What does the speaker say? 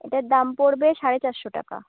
ওটার দাম পড়বে সাড়ে চারশো টাকা